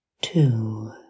two